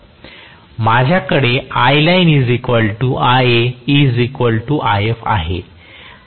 माझ्याकडे आहे